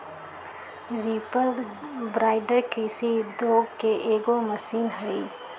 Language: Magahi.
रीपर बाइंडर कृषि उद्योग के एगो मशीन हई